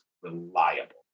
reliable